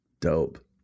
Dope